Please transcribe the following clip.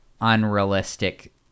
unrealistic